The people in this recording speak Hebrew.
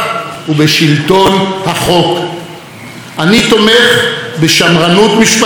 אני תומך בשמרנות משפטית ומבקר את האקטיביזם המשפטי,